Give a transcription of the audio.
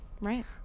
Right